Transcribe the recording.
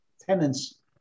tenants